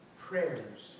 prayers